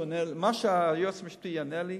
מה שהיועץ המשפטי יענה לי,